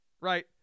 Right